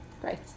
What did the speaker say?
Great